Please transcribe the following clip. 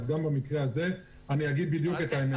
אז גם במקרה הזה אני אגיד בדיוק את האמת.